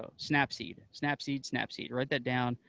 ah snapseed, snapseed, snapseed. write that down.